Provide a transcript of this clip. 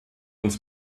uns